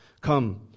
Come